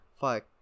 fuck